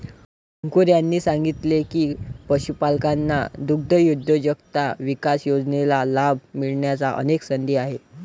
अंकुर यांनी सांगितले की, पशुपालकांना दुग्धउद्योजकता विकास योजनेचा लाभ मिळण्याच्या अनेक संधी आहेत